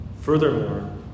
Furthermore